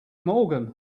morgan